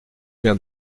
viens